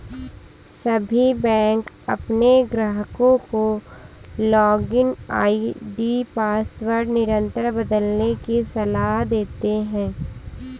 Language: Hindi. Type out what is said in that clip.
सभी बैंक अपने ग्राहकों को लॉगिन आई.डी पासवर्ड निरंतर बदलने की सलाह देते हैं